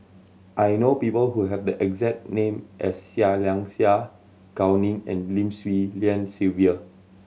I know people who have the exact name as Seah Liang Seah Gao Ning and Lim Swee Lian Sylvia